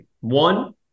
One